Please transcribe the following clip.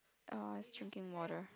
oh it's drinking water